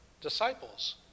disciples